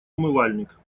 умывальник